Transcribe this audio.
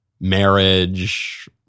marriage